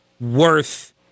worth